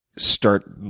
start